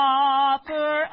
offer